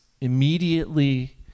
immediately